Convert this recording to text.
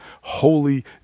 holy